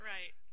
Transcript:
Right